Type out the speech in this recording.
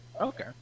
Okay